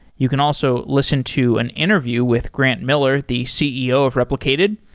you can also listen to an interview with grant miller, the ceo of replicated,